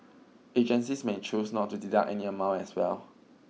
agencies may choose not to deduct any amount as well